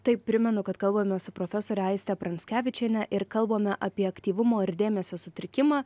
tai primenu kad kalbamės profesore aiste pranckevičiene ir kalbame apie aktyvumo ir dėmesio sutrikimą